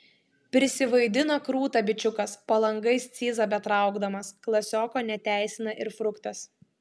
prisivaidino krūtą bičiukas po langais cyzą betraukdamas klasioko neteisina ir fruktas